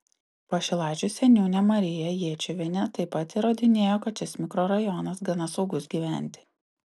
pašilaičių seniūnė marija jėčiuvienė taip pat įrodinėjo kad šis mikrorajonas gana saugus gyventi